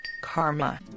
karma